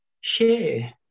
share